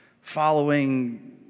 following